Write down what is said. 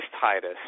Titus